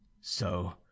So